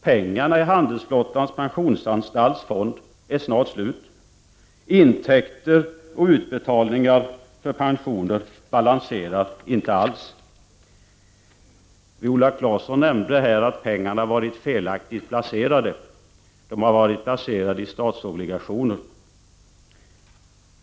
Pengarna i Handelsflottans pensionsanstaltsfond är snart slut. Intäkter och utbetalningar för pensioner balanserar inte alls. Viola Claesson nämnde att pengarna varit felaktigt placerade. De har varit placerade i statsobligationer.